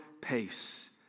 pace